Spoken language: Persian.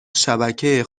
شبکه